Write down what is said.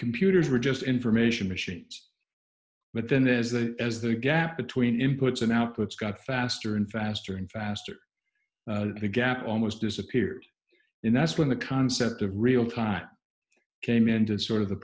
computers were just information machines but then as they as the gap between inputs and outputs got faster and faster and faster the gap almost disappeared and that's when the concept of real time came into sort of the